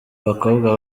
bakobwa